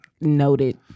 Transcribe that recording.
Noted